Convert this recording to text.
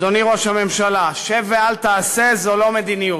אדוני ראש הממשלה, "שב ואל תעשה" זה לא מדיניות.